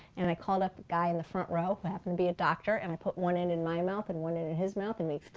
and i called up a guy in the front row who happened to be a doctor and i put one end in my mouth and one end in his mouth and